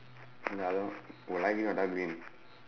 !huh! the other one oh light green or dark green